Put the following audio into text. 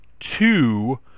two